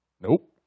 Nope